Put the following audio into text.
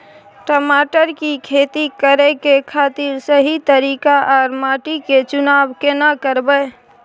टमाटर की खेती करै के खातिर सही तरीका आर माटी के चुनाव केना करबै?